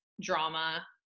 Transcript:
drama